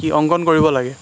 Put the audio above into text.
কি অংকন কৰিব লাগে